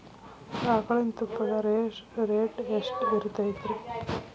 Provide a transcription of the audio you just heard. ಆಕಳಿನ ತುಪ್ಪದ ರೇಟ್ ಎಷ್ಟು ಇರತೇತಿ ರಿ?